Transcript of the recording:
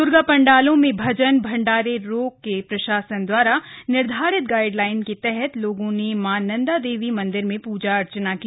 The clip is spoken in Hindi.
दुर्गा पंडालों में भजन भन्डारे रोक के प्रशासन द्वारा निर्धारित गाइड लाइन के तहत लोगों ने माँ नन्दा देवी मंदिर में पूजा अर्चना की